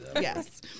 Yes